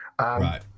Right